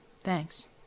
thanks